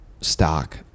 stock